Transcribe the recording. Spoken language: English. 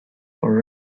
for